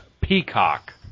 Peacock